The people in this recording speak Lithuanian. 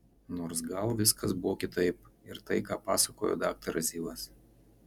nors gal viskas buvo kitaip ir tai ką pasakojo daktaras zivas